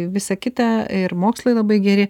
visa kita ir mokslai labai geri